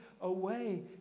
away